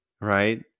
right